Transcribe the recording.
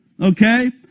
Okay